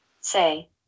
Say